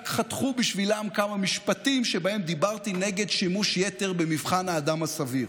רק חתכו בשבילם כמה משפטים שבהם דיברתי נגד שימוש יתר במבחן האדם הסביר.